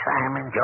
Simon